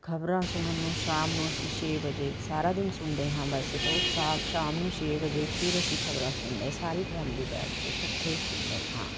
ਖਬਰਾਂ ਸੁਣਨ ਨੂੰ ਸ਼ਾਮ ਨੂੰ ਅਸੀਂ ਛੇ ਵਜੇ ਸਾਰਾ ਦਿਨ ਸੁਣਦੇ ਹਾਂ ਵੈਸੇ ਤਾਂ ਸ਼ਾਮ ਨੂੰ ਛੇ ਵਜੇ ਫਿਰ ਅਸੀਂ ਖਬਰਾਂ ਸੁਣਦੇ ਸਾਰੀ ਫੈਮਿਲੀ ਬੈਠ ਕੇ ਇਕੱਠੇ ਸੁਣਦੇ ਹਾਂ